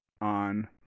on